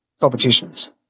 competitions